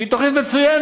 שהיא תוכנית מצוינת,